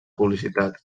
publicitat